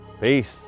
peace